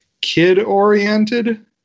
kid-oriented